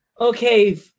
Okay